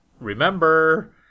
remember